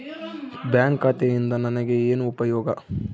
Bank ಖಾತೆಯಿಂದ ನನಗೆ ಏನು ಉಪಯೋಗ?